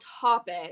topic